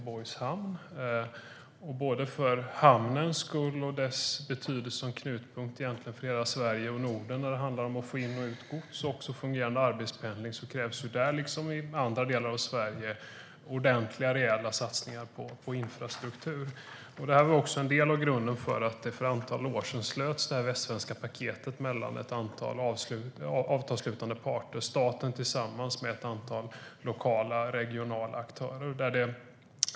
Både för hamnens skull och för dess betydelse som knutpunkt för hela Sverige och Norden när det gäller att få in och ut gods liksom för att få en fungerande arbetspendling krävs ordentliga och rejäla satsningar på infrastruktur. Detta var en av grunderna till att det för ett antal år sedan slöts avtal om det västsvenska paketet mellan ett antal parter. Det var staten tillsammans med ett antal lokala och regionala aktörer.